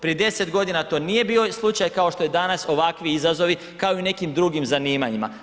Prije 10 godina to nije bio slučaj kao što je danas ovakvi izazovi kao i u nekim drugim zanimanjima.